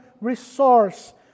resource